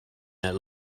that